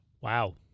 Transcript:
Wow